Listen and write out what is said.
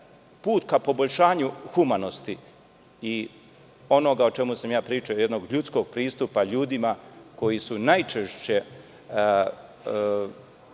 put ka poboljšanju humanosti i onoga o čemu sam ja pričao, jednog ljudskog pristupa ljudima koji su najčešće,